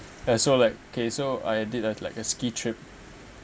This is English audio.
eh so like okay so I did uh like a ski trip